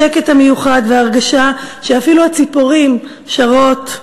השקט המיוחד וההרגשה שאפילו הציפורים שרות,